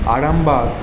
Arambagh